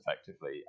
effectively